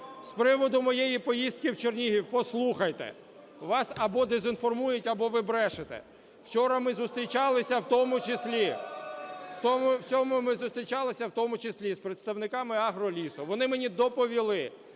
З приводу моєї поїздки в Чернігів. Послухайте, вас або дезінформують, або ви брешете. Вчора ми зустрічалися, в тому числі і з представниками "Агролісу". Вони мені доповіли,